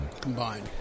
combined